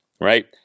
right